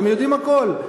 אתם יודעים הכול.